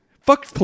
Fuck